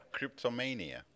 Cryptomania